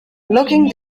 looking